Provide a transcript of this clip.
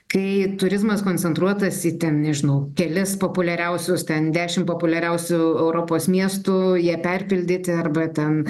kai turizmas koncentruotas į ten nežinau kelis populiariausius ten dešim populiariausių europos miestų jie perpildyti arba ten